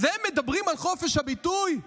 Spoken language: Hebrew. אז הם מדברים על חופש הביטוי,